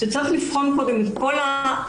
שצריך לבחון קודם את יישום